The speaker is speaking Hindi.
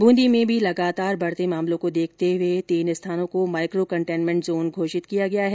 बूंदी में भी लगातार बढ़ते मामलों को देखते हुए तीन स्थानों को माइको कंटेनमेंट जोन घोषित किया गया है